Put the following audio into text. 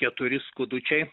keturi skudučiai